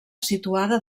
situada